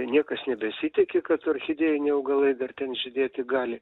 niekas nebesitiki kad orchidėjiniai augalai dar ten žydėti gali